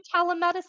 telemedicine